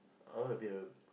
I want to be a